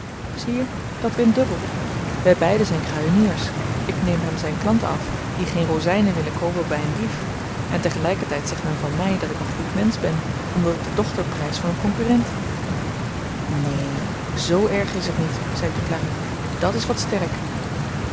zieje dat wint dubbel wy beiden zyn kruieniers ik neem hem zyn klanten af die geen rozynen willen koopen by een dief en te gelyker tyd zegt men van my dat ik een goed mensch ben omdat ik de dochter prys van een konkurrent neen z erg is t niet zei duclari dàt is wat sterk